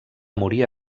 morir